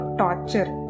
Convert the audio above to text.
torture